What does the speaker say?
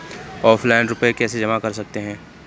Offline रुपये कैसे जमा कर सकते हैं?